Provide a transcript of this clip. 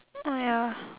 ah ya